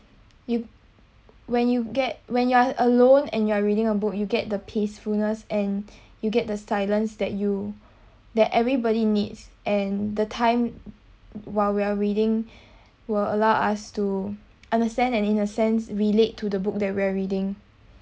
you when you get when you are alone and you're reading a book you get the peacefulness and you get the silence that you that everybody needs and the time while we're reading will allow us to understand and in a sense relate to the book that we're reading